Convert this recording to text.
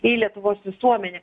į lietuvos visuomenę